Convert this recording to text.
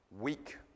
weak